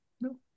No